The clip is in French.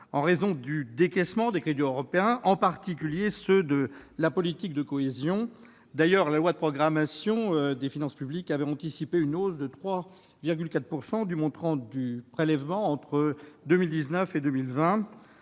en raison du décaissement des crédits européens, en particulier ceux de la politique de cohésion. D'ailleurs, la loi de programmation des finances publiques avait anticipé une hausse de 3,4 % du montant du prélèvement sur recettes pour 2019 et 2020.